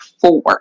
four